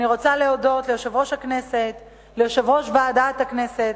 מה עם שר הדתות?